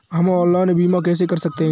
हम ऑनलाइन बीमा कैसे कर सकते हैं?